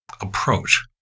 approach